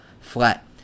flat